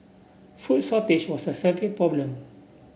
food shortage was a severe problem